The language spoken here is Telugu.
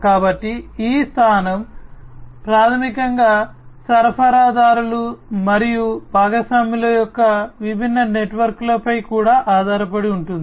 కాబట్టి ఈ స్థానం ప్రాథమికంగా సరఫరాదారులు మరియు భాగస్వాముల యొక్క విభిన్న నెట్వర్క్లపై కూడా ఆధారపడి ఉంటుంది